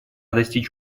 достичь